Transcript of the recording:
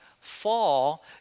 fall